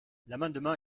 l’amendement